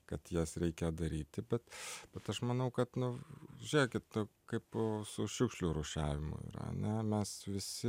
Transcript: kad jas reikia daryti bet bet aš manau kad nu žiūrėkit kaip su šiukšlių rūšiavimu yra ane mes visi